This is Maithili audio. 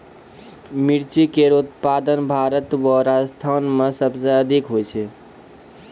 मिर्ची केरो उत्पादन भारत क राजस्थान म सबसे जादा होय छै